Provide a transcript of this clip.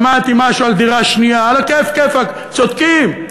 שמעתי משהו על דירה שנייה, על הכיף-כיפאק, צודקים.